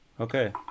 okay